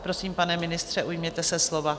Prosím, pane ministře, ujměte se slova.